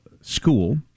school